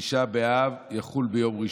ותשעה באב יחול ביום ראשון.